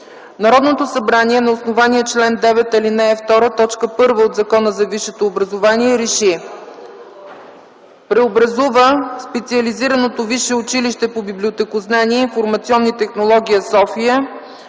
„Народното събрание на основание чл. 9, ал. 2, т. 1 от Закона за висшето образование РЕШИ: Преобразува Специализираното висше училище по библиотекознание и информационни технологии – София,